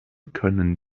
können